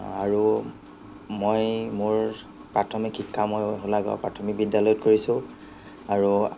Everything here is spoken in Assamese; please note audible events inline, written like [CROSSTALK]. আৰু মই মোৰ প্ৰাথমিক শিক্ষা মই [UNINTELLIGIBLE] গাঁও প্ৰাথমিক বিদ্যালয়ত কৰিছোঁ আৰু